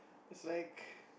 is like